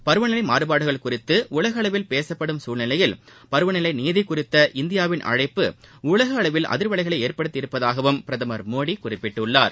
பருவநிலை மாறுபாடுகள் குறித்து உலக அளவில் பேசப்படும் சூழ்நிலையில் பருவநிலை நீதி குறித்த இந்தியாவின் அழைப்பு உலக அளவில் அதிர்வலைகளை ஏற்படுத்தியுள்ளதாகவும் பிரதமர் மோடி குறிப்பிட்டுள்ளார்